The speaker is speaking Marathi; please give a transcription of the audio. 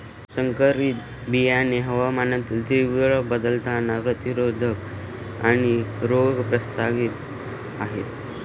संकरित बियाणे हवामानातील तीव्र बदलांना प्रतिरोधक आणि रोग प्रतिरोधक आहेत